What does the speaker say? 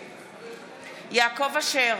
אשר,